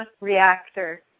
reactor